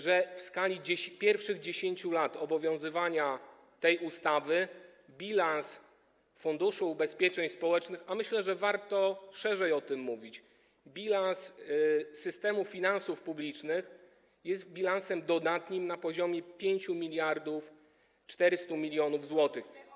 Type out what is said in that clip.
że w skali pierwszych 10 lat obowiązywania tej ustawy bilans Funduszu Ubezpieczeń Społecznych, a myślę, że warto szerzej o tym mówić, a więc bilans systemu finansów publicznych będzie bilansem dodatnim, na poziomie 5400 mln zł.